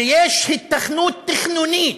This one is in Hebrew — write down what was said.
שיש היתכנות תכנונית